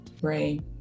brain